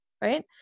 Right